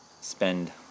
spend